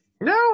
no